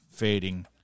fading